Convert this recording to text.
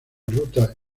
ruta